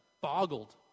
boggled